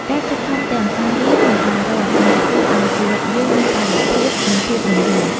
ការខិតខំទាំងការរៀន និងការរក នឹងធ្វើឱ្យជីវិតយើងមានតុល្យភាព និងភាពរុងរឿង។